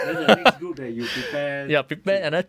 then the next group that you prepare 进